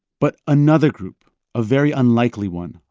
but another group, a very unlikely one,